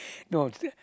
no s~